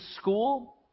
school